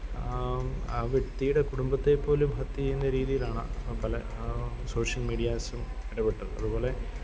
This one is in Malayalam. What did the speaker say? ആ വ്യക്തിയിടെ കുടുംബത്തെ പോലും ഹെർട്ട് ചെയ്യുന്ന രീതിയിലാണ് അപ്പം പല സോഷ്യല് മീഡ്യാസും ഇടപെട്ടത് അതുപോലെ